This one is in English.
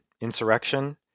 insurrection